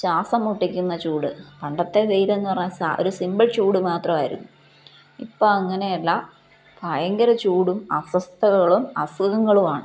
ശ്വാസം മുട്ടിക്കുന്ന ചൂട് പണ്ടത്തെ വെയിലെന്നു പറഞ്ഞാല് ഒരു സിമ്പിൾ ചൂട് മാത്രമായിരുന്നു ഇപ്പോള് അങ്ങനെയല്ല ഭയങ്കര ചൂടും അസ്വസ്ഥതകളും അസുഖങ്ങളുമാണ്